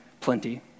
plenty